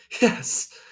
Yes